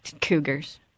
cougars